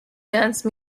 dance